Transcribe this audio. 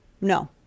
No